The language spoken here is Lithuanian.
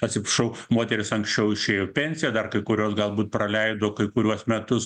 atsiprašau moterys anksčiau išėjo į pensiją dar kai kurios galbūt praleido kai kuriuos metus